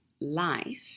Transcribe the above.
life